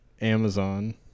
Amazon